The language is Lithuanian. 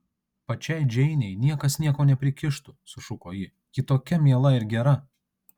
pačiai džeinei niekas nieko neprikištų sušuko ji ji tokia miela ir gera